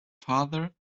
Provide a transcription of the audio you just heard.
father